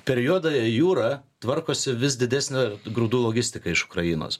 per juodąją jūrą tvarkosi vis didesnė grūdų logistika iš ukrainos